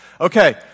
Okay